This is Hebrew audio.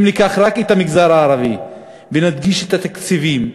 ניקח רק את המגזר הערבי ונקדיש את התקציבים,